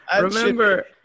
Remember